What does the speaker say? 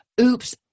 oops